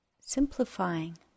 simplifying